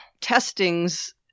testings